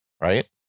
right